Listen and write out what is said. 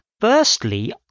Firstly